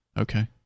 Okay